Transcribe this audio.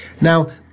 Now